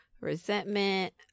resentment